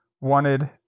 wanted